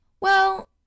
Well